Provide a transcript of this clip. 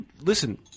listen